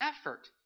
effort